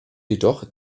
jedoch